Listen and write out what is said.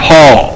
Paul